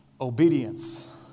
obedience